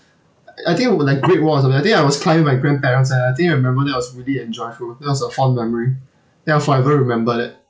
I think it was like great wall or something I think I was climbing with my grandparents and I think I remember that was really enjoyful that was a fond memory think I'll forever remember that